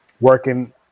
working